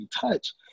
touch